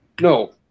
No